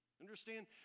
Understand